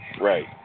Right